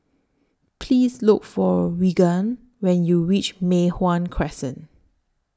Please Look For Regan when YOU REACH Mei Hwan Crescent